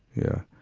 yeah.